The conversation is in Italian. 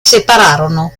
separarono